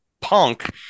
Punk